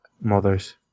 mothers